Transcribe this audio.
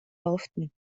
werften